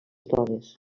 dones